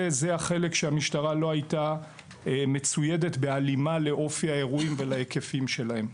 המשטרה לא הייתה מצוידת בהלימה לאופי האירועים ולהיקפים שלהם.